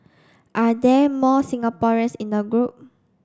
are there more Singaporeans in the group